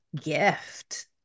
gift